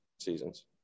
seasons